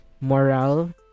morale